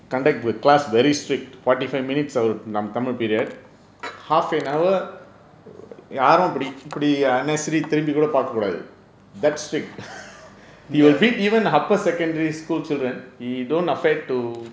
ya